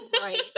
Right